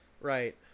Right